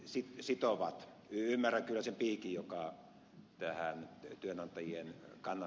ymmärrän kyllä sen piikin joka tähän työnantajien kanta